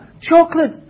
chocolate